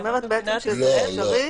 את אמרת שזה אפשרי,